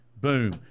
boom